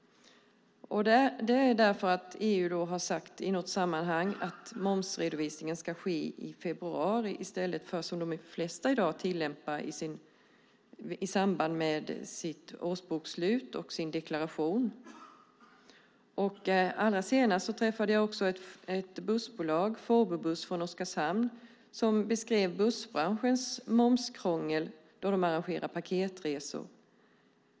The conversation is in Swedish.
EU har ju i något sammanhang sagt att momsredovisning ska ske i februari i stället för, som de flesta i dag tillämpar, i samband med årsbokslut och deklaration. Senast träffade jag bussbolaget Fårbobuss från Oskarshamn som beskrev bussbranschens momskrångel då de arrangerar paketresor.